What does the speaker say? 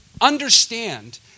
understand